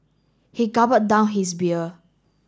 he down his beer